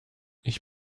ich